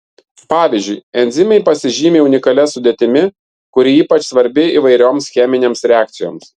pavyzdžiui enzimai pasižymi unikalia sudėtimi kuri ypač svarbi įvairioms cheminėms reakcijoms